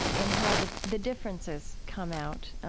in how the the differences come out.